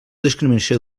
discriminació